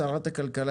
שרת הכלכלה,